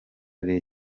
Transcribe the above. rayon